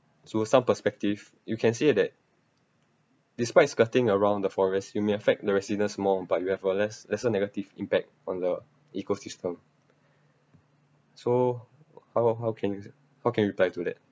through some perspective you can see that despite skirting around the forest you may affect the residents more but you have a less lesser negative impact on the ecosystem so how w~ how can you how can you reply to that